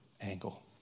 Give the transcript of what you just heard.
angle